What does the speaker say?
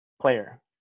player